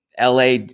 LA